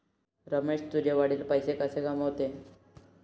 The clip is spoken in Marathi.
रमेश तुझे वडील पैसे कसे कमावतात?